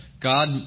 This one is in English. God